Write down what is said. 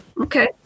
Okay